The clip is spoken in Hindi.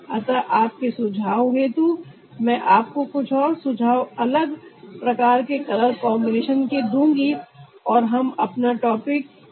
अतः आपके सुझाव हेतु मै आपको कुछ और सुझाव अलग प्रकार के कलर कॉम्बिनेशन के दूंगी और हम अपना टॉपिक वहां समाप्त करते हैं